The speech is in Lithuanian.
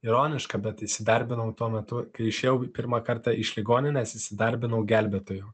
ironiška bet įsidarbinau tuo metu kai išėjau pirmą kartą iš ligoninės įsidarbinau gelbėtoju